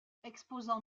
exposant